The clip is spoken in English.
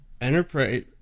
enterprise